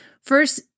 First